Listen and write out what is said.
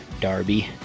Darby